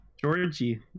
Georgie